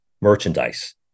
merchandise